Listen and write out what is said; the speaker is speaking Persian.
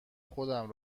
خودم